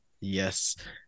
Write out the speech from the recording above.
yes